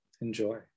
Enjoy